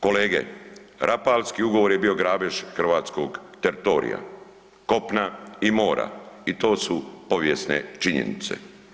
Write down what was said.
Kolege Rapalski ugovor je bio grabež hrvatskog teritorija, kopna i mora i to su povijesne činjenice.